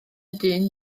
dyn